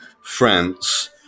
France